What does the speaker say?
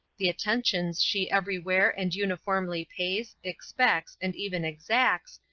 the attentions she every where and uniformly pays, expects, and even exacts,